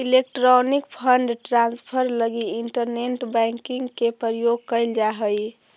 electronic fund transfer लगी internet banking के प्रयोग कैल जा हइ